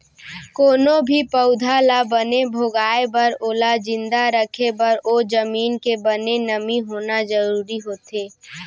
कोनो भी पउधा ल बने भोगाय बर ओला जिंदा राखे बर ओ जमीन के बने नमी होना जरूरी होथे